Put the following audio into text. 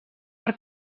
per